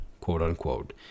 quote-unquote